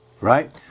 right